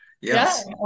yes